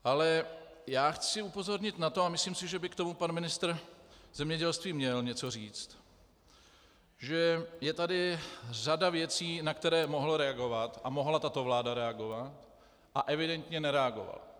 Ale já chci upozornit na to, a myslím si, že by k tomu pan ministr zemědělství měl něco říct, že je tady řada věcí, na které mohl reagovat a mohla tato vláda reagovat a evidentně nereagovala.